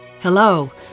Hello